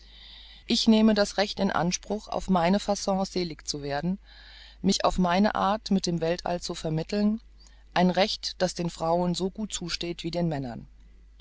ich nehme das recht in anspruch auf meine faon selig zu werden mich auf meine art mit dem weltall zu vermitteln ein recht das den frauen so gut zusteht wie den männern